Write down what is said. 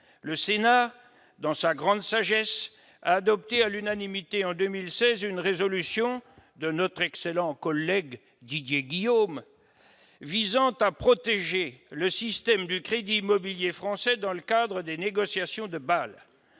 Le Sénat, dans sa grande sagesse, a adopté à l'unanimité en 2016 une résolution de notre excellent collègue Didier Guillaume visant à protéger le système du crédit immobilier français dans le cadre des négociations de Bâle.